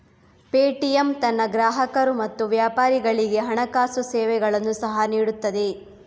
Paytm ತನ್ನ ಗ್ರಾಹಕರು ಮತ್ತು ವ್ಯಾಪಾರಿಗಳಿಗೆ ಹಣಕಾಸು ಸೇವೆಗಳನ್ನು ಸಹ ನೀಡುತ್ತದೆ